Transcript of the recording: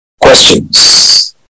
questions